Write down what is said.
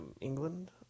England